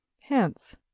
Hence